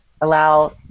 allow